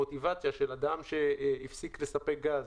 המוטיבציה של אדם שהפסיק לספק גז